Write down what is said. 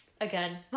Again